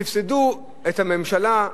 סבסדו את הממשלה,